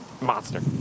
Monster